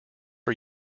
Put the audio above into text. are